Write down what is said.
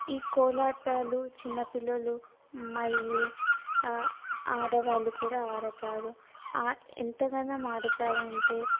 ఈ కోలాటాలు చిన్నపిల్లలు మరియు ఆడవాళ్ళు కూడా ఆడతారు ఎంతగనం ఆడతారంటే